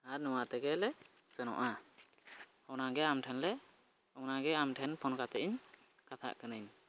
ᱟᱨ ᱱᱚᱣᱟ ᱛᱮᱜᱮᱞᱮ ᱥᱮᱱᱚᱜᱼᱟ ᱚᱱᱟᱜᱮ ᱟᱢ ᱴᱷᱮᱱ ᱞᱮ ᱚᱱᱟᱜᱮ ᱟᱢ ᱴᱷᱮᱱ ᱯᱷᱳᱱ ᱠᱟᱛᱮᱫ ᱤᱧ ᱠᱟᱛᱷᱟᱜ ᱠᱟᱹᱱᱟᱹᱧ